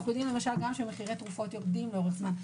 גם מחירי תרופות יורדים לאורך זמן.